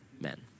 men